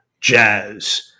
jazz